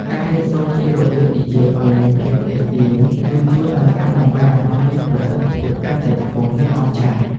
ការរៀនសូត្រពីរបៀបនិយាយឱ្យមានភាពទាក់ទាញនឹងជួយឱ្យការបង្វែរអារម្មណ៍មានប្រសិទ្ធភាពកាន់តែខ្ពស់ និង អស្ចារ្យ។